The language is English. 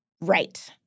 Right